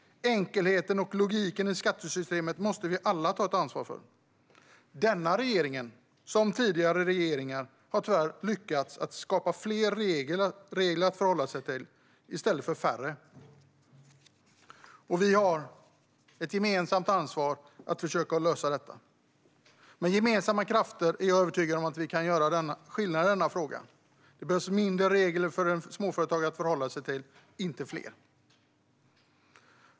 Enkelheten och logiken i skattesystemet måste vi alla ta ansvar för. Denna regering liksom tidigare regeringar har tyvärr lyckats skapa fler regler att förhålla sig till i stället för färre. Vi har ett gemensamt ansvar att försöka lösa detta. Med gemensamma krafter är jag övertygad om att vi kan göra skillnad i denna fråga. Det behövs färre regler för småföretagare att förhålla sig till, inte fler.